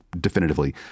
definitively